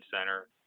Center